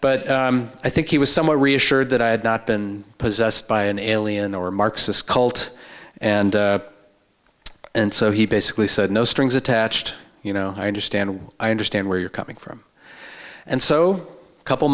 but i think he was somewhat reassured that i had not been possessed by an alien or marxist cult and and so he basically said no strings attached you know i understand i understand where you're coming from and so a couple